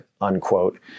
unquote